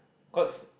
cause